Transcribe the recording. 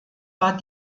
war